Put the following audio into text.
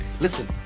listen